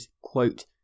quote